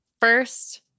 First